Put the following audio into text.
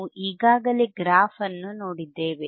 ನಾವು ಈಗಾಗಲೇ ಗ್ರಾಫ್ ಅನ್ನು ನೋಡಿದ್ದೇವೆ